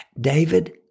David